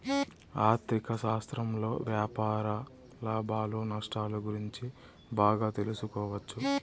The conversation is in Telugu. ఆర్ధిక శాస్త్రంలోని వ్యాపార లాభాలు నష్టాలు గురించి బాగా తెలుసుకోవచ్చు